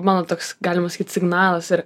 mano toks galima sakyt signalas ir